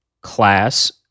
class